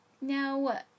now